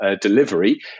delivery